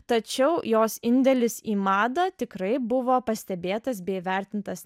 tačiau jos indėlis į madą tikrai buvo pastebėtas bei įvertintas